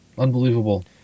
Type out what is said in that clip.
Unbelievable